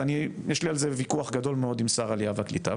יש לי על זה ויכוח גדול מאוד עם שר העלייה והקליטה,